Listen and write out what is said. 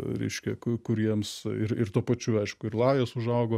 reiškia kur jiems ir ir tuo pačiu aišku ir lajos užaugo